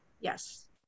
Yes